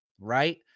right